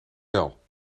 wel